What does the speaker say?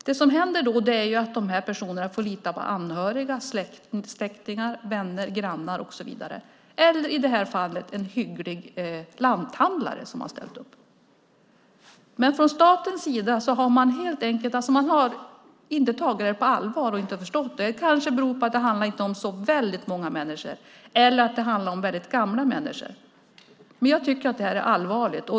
Det som händer då är att de här personerna får lita på anhöriga, släktingar, vänner, grannar och så vidare eller, som i det här fallet, en hygglig lanthandlare som har ställt upp. Från statens sida har man inte tagit det här på allvar och inte förstått. Det kanske beror på att det inte handlar om så väldigt många människor eller att det handlar om väldigt gamla människor. Men jag tycker att det här är allvarligt.